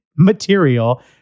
material